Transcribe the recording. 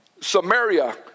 Samaria